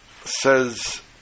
says